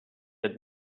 had